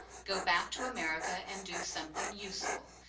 go back to america and do something useful.